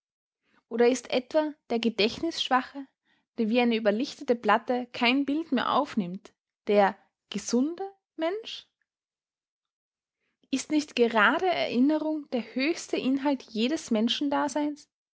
oder ist etwa der gedächtnisschwache der wie eine überlichtete platte kein bild mehr aufnimmt der gesunde mensch ist nicht gerade erinnerung der höchste inhalt jedes menschendaseins